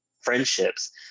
friendships